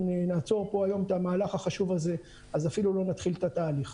אם נעצור פה היום את המהלך החשוב הזה אז אפילו לא נתחיל את התהליך.